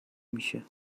میشه